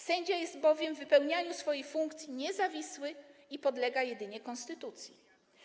Sędzia jest bowiem w wypełnianiu swojej funkcji niezawisły i podlega jedynie konstytucji.